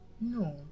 no